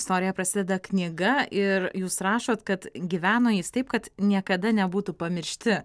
istorija prasideda knyga ir jūs rašot kad gyveno jis taip kad niekada nebūtų pamiršti